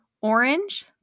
orange